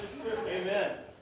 Amen